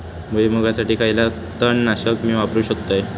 भुईमुगासाठी खयला तण नाशक मी वापरू शकतय?